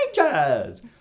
rangers